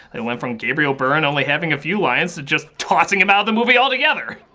they went from gabriel byrne only having a few lines to just tossing him out of the movie altogether.